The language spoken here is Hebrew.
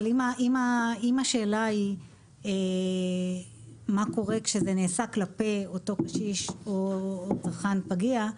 אבל אם השאלה מה קורה כשזה נעשה כלפי אותו קשיש או צרכן פגיע,